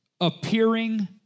appearing